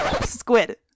squid